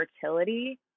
fertility